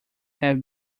have